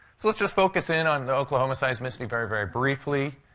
so let's just focus in on the oklahoma seismicity very, very briefly.